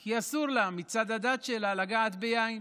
כי אסור לה מצד הדת שלה לגעת ביין.